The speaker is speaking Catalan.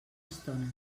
estona